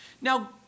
Now